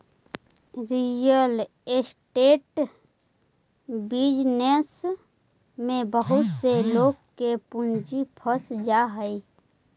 real estate business में बहुत से लोग के पूंजी फंस जा हई